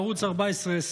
בערוץ 14,